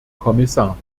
kommissar